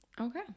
okay